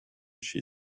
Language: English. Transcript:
she